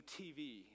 tv